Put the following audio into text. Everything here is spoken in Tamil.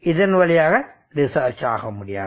இதன் வழியாக டிஸ்சார்ஜ் ஆக முடியாது